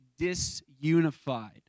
disunified